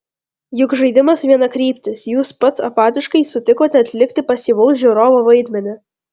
juk žaidimas vienakryptis jūs pats apatiškai sutikote atlikti pasyvaus žiūrovo vaidmenį